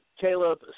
Caleb